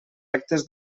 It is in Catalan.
actes